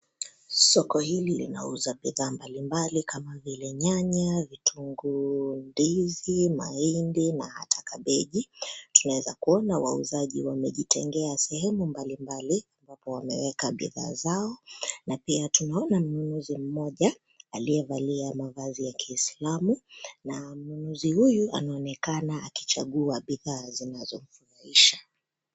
Soko hili linauza bidhaa mbalimbali kama vile nyanya, vitunguu, ndizi, mahindi na hata kabeji. Tunaweza kuona wauzaji wamejitengea sehemu mbalimbali na wameweka bidhaa zao na pia tunaona mnunuzi mmoja aliyevalia mavazi ya ki-islamu na mnunuzi huyu anaonekana akichagua bidhaa zinazomfurahisha.